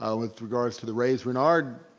ah with regards to the raise renard